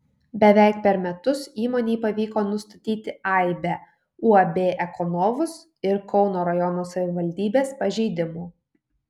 beveik per metus įmonei pavyko nustatyti aibę uab ekonovus ir kauno rajono savivaldybės pažeidimų